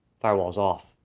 firewall's off,